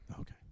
Okay